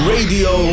Radio